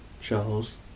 Charles